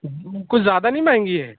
کچھ زیادہ نہیں مہنگی ہے